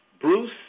Bruce